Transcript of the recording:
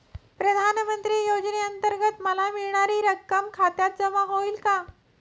प्रधानमंत्री योजनेअंतर्गत मला मिळणारी रक्कम खात्यात जमा होईल का?